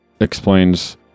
explains